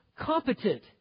competent